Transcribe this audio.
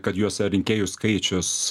kad jose rinkėjų skaičius